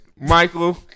Michael